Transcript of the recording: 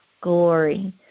glory